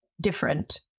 different